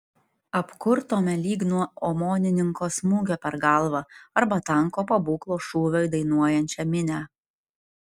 apkurtome lyg nuo omonininko smūgio per galvą arba tanko pabūklo šūvio į dainuojančią minią